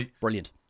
Brilliant